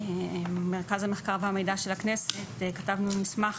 מרכז המחקר והמידע של הכנסת כתבנו מסמך